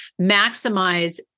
Maximize